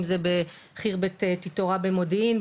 אם זה בח'רבת תיתורה במודיעין,